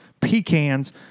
pecans